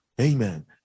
amen